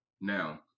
Now